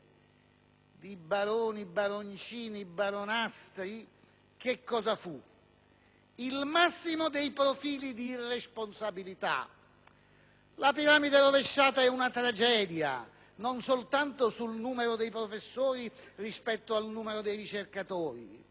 di baroni, baroncini e baronastri che cosa fu? Il massimo dei profili di irresponsabilità. La piramide rovesciata è una tragedia, non soltanto per il numero dei professori rispetto a quello dei ricercatori,